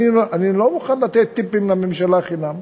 אני לא מוכן לתת טיפים לממשלה חינם,